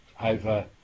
over